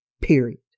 period